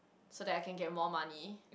so that I can get more money